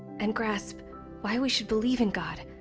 and grasp why we should believe in god,